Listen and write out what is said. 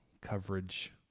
coverage